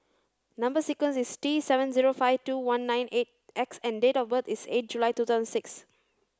number sequence is T seven zero five two one nine eight X and date of birth is eight July two thousand six